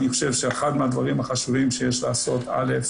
אני חושב שאחד מהדברים החשובים שיש לעשות א',